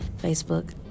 Facebook